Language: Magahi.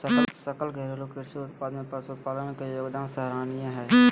सकल घरेलू कृषि उत्पाद में पशुपालन के योगदान सराहनीय हइ